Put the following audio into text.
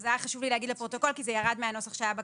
אז היה חשוב לי להגיד לפרוטוקול כי זה ירד מהנוסח שהיה בכחול.